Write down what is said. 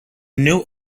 new